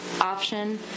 option